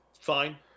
fine